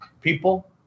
People